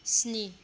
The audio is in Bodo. स्नि